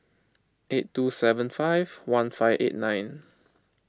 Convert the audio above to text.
eight two seven five one five eight nine